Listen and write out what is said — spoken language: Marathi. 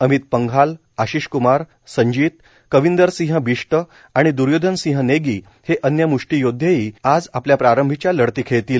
अमित पंघाल आशीष क्मार संजीत कविंदर सिंह बिष्ट आणि द्र्योधन सिंह नेगी हे अन्य म्ष्टीयोद्धेही आज आपल्या प्रारंभीच्या लढती खेळतील